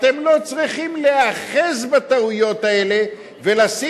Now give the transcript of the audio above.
אתם לא צריכים להיאחז בטעויות האלה ולשים